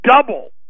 double